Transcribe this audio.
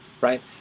right